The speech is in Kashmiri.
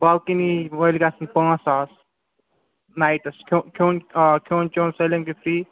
بالکنی وٲلۍ گژھَن پانٛژھ ساس نایِٹَس کھیٚون کھیٚون آ کھیٚون چیٚون سٲلِم چھُ فِرٛی